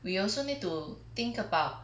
we also need to think about